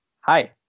Hi